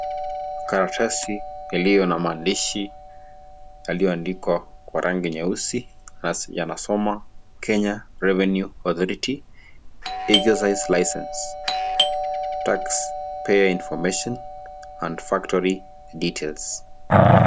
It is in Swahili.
Karatesii iliyo na maandishi yaliyoadikwa kwa rangi nyeusi na inasoma Kenya Revenue Authority, (cs) exercise license, taxpayer information, and factory details (cs).